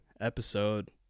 episode